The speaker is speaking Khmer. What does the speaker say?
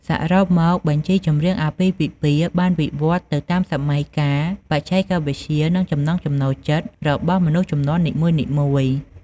សរុបមក បញ្ជីចម្រៀងអាពាហ៍ពិពាហ៍បានវិវត្តន៍ទៅតាមសម័យកាល បច្ចេកវិទ្យា និងចំណង់ចំណូលចិត្តរបស់មនុស្សជំនាន់នីមួយៗ។